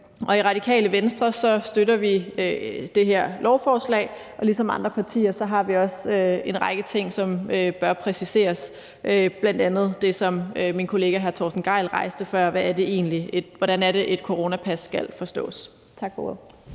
I Radikale Venstre støtter vi det her lovforslag. Ligesom andre partier har vi også en række ting, som bør præciseres, bl.a. en ting, som hr. Torsten Gejl rejste før, nemlig hvordan et coronapas skal forstås. Tak for